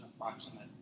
approximate